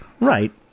Right